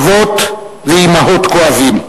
אבות ואמהות כואבים,